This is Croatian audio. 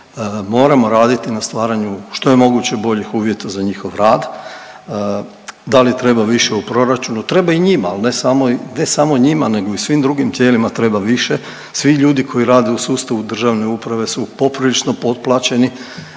moramo raditi na stvaranju što je moguće boljih uvjeta za njihov rad. Da li treba više u proračunu? Treba i njima, al ne samo njima nego i svim drugim tijelima treba više. Svi ljudi koji rade u sustavu državne uprave su poprilično potplaćeni,